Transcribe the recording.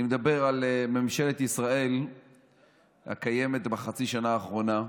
אני מדבר על ממשלת ישראל הקיימת בחצי שנה האחרונה.